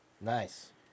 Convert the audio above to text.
Nice